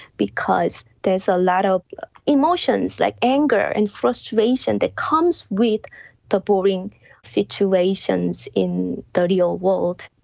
because there's a lot of emotions like anger and frustration that comes with the boring situations in the real world.